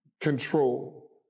control